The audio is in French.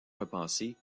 repensée